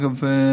אגב,